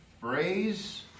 phrase